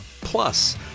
plus